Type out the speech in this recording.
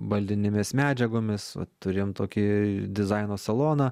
baldinėmis medžiagomis va turėjom tokį dizaino saloną